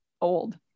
old